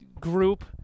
group